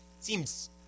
seems